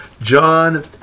John